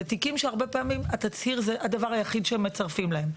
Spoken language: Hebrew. אלו תיקים שהרבה פעמים התצהיר זה הדבר היחיד שמצרפים להם.